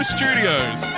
Studios